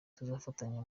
tuzafatanya